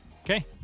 okay